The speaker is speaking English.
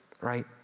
right